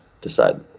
decide